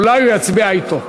אולי הוא יצביע אתו.